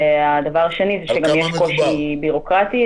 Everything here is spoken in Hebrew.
והדבר השני, שיש גם קושי בירוקרטי.